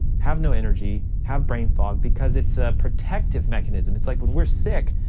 have no energy, have brain fog, because it's a protective mechanism. it's like when we're sick,